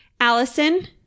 Allison